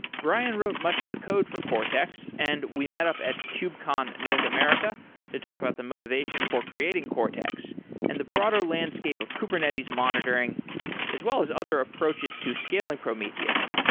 bryan wrote much of the code for cortex, and we met up at kubecon north america to talk about the motivation for creating cortex and the broader landscape of kubernetes monitoring as well as other approaches to scaling prometheus.